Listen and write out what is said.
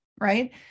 right